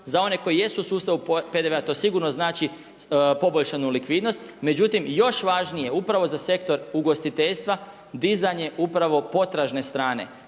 za one koji jesu u sustavu PDV-a to sigurno znači poboljšanu likvidnost. Međutim, još važnije upravo za sektor ugostiteljstva dizanje upravo potražne strane.